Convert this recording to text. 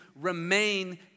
remain